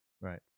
Right